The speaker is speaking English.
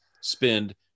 spend